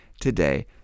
today